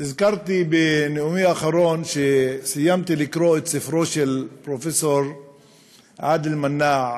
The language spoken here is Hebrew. הזכרתי בנאומי האחרון שסיימתי לקרוא את ספרו של פרופסור עאדל מנאע